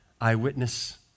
eyewitness